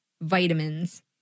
vitamins